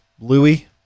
Louie